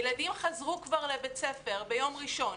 הילדים כבר חזרו לבית ספר ביום ראשון,